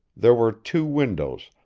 there were two windows,